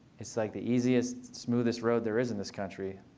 it's like the easiest smoothest road there is in this country.